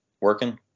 working